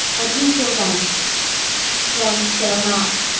adieu till then then fail not.